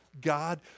God